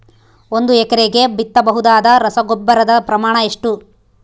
ಒಂದು ಎಕರೆಗೆ ಬಿತ್ತಬಹುದಾದ ರಸಗೊಬ್ಬರದ ಪ್ರಮಾಣ ಎಷ್ಟು?